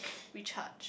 recharged